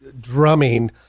drumming